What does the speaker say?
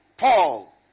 Paul